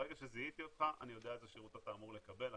ברגע שזיהיתי אותך אני יודע איזה שירות אתה אמור לקבל,